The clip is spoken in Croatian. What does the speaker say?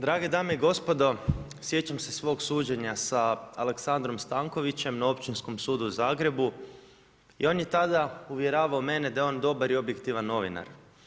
Drage dame i gospodo, sjećam se svog suđenja sa Aleksandrom Stankovićem na Općinskom sudu u Zagrebu i on je tada uvjeravao mene da je on dobar i objektivan novinar.